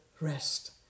rest